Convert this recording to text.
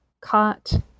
caught